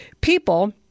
people